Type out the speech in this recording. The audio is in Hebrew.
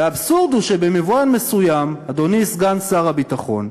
והאבסורד הוא שבמובן מסוים, אדוני סגן שר הביטחון,